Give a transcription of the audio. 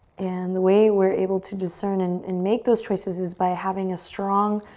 and the way we're able to discern and and make those choices is by having a strong